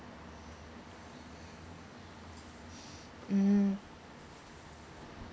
mm